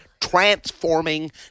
transforming